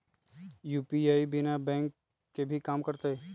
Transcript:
UPI बिना bank के भी कम करतै?